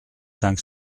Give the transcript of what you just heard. cinq